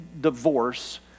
divorce